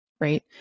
right